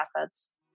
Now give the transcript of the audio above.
assets